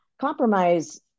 compromise